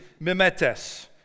mimetes